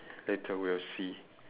later we'll see